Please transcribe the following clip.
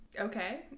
Okay